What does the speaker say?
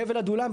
חבל עדולם,